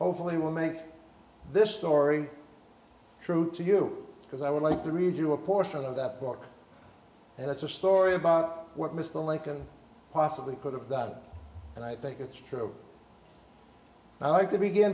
hopefully will make this story true to you because i would like to read you a portion of that book and it's a story about what mr lincoln possibly could have done and i think it's true i like to begin